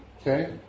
Okay